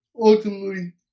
ultimately